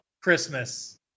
Christmas